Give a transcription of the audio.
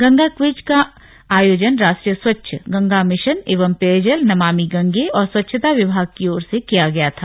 Ganga quiz का आयोजन राष्ट्रीय स्वच्छ गंगा मिशन एवं पेयजल नमामि गंगे और स्वच्छता विभाग की ओर से किया गया था